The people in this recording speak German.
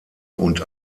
und